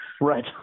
Right